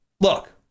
look